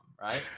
right